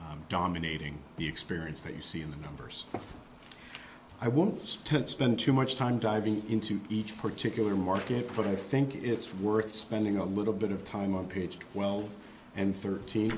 dominating the experience that you see in the numbers i want to spend too much time diving into each particular market put i think it's worth spending a little bit of time on page twelve and thirteen